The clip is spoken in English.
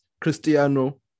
Cristiano